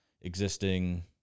existing